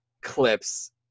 clips